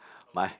my